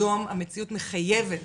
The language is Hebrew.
היום המציאות מחייבת